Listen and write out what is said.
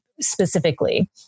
specifically